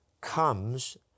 comes